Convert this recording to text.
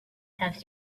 have